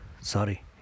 Sorry